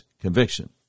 conviction